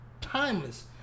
timeless